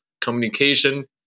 communication